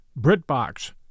BritBox